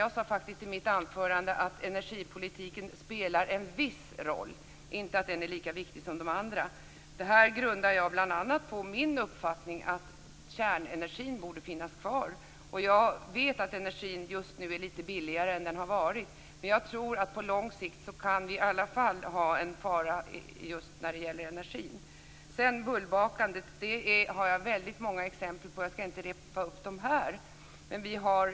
Jag sade i mitt anförande att energipolitiken spelar en viss roll, inte att den är lika viktig som de andra. Detta grundar jag bl.a. på min uppfattning att kärnenergin borde finnas kvar. Jag vet att energin just nu är billigare än tidigare, men på lång sikt kan det vara en fara i fråga om energin. Jag har många exempel på bullbakandet. Jag skall inte upprepa dem här.